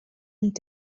und